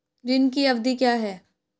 ऋण की अवधि क्या है?